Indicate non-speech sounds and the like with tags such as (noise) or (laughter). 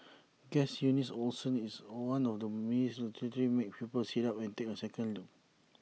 (noise) Guess Eunice Olsen is one of the miss literally make people sit up and take A second look